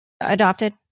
adopted